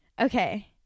Okay